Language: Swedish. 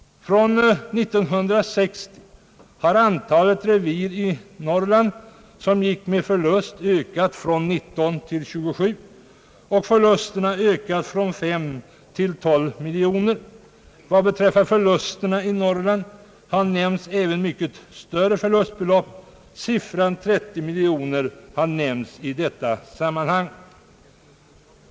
Från 1960 har antalet revir i Norrland som gått med förlust ökat från 19 till 27. I kronor har förlusterna ökat från 5 till 12 miljoner. Vad beträffar förlusterna i Norrland har man också nämnt mycket större förlustbelopp: siffran 30 miljoner har förekommit i detta sammanhang.